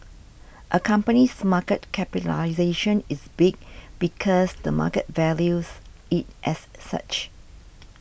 a company's market capitalisation is big because the market values it as such